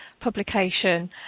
publication